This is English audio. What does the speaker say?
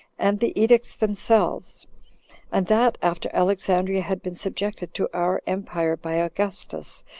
and the edicts themselves and that after alexandria had been subjected to our empire by augustus,